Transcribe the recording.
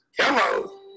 hello